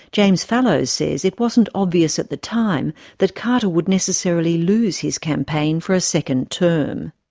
james fallows says it wasn't obvious at the time that carter would necessarily lose his campaign for a second term.